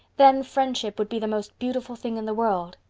then friendship would be the most beautiful thing in the world.